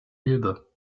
elbe